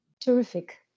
Terrific